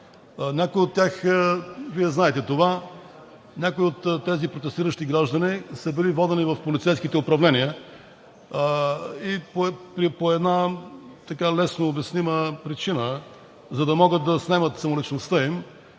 граждани. Вие знаете това – някой от тези протестиращи граждани са били водени в полицейските управления по една леснообяснима причина – за да могат да снемат самоличността им,